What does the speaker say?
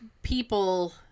People